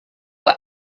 were